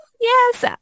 Yes